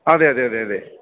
അതെ അതെ അതെ അതെ